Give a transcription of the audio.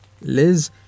Liz